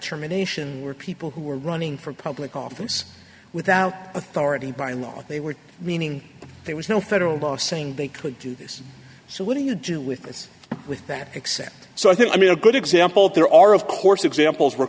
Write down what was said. terminations were people who were running for public office without authority by law they were meaning there was no federal law saying they could do this so what do you do with this with that except so i think i mean a good example there are of course examples where